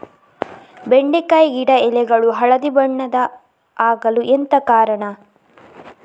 ಬೆಂಡೆಕಾಯಿ ಗಿಡ ಎಲೆಗಳು ಹಳದಿ ಬಣ್ಣದ ಆಗಲು ಎಂತ ಕಾರಣ?